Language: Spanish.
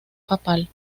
papal